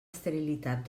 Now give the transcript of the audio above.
esterilitat